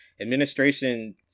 administration